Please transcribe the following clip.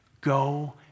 Go